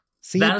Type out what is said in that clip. see